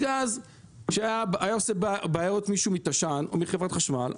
כשמישהו היה עושה שם בעיות מתש"ן או מחברת חשמל,